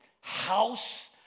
house